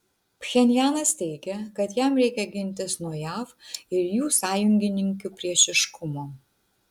pchenjanas teigia kad jam reikia gintis nuo jav ir jų sąjungininkių priešiškumo